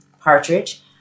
Partridge